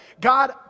God